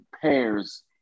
pairs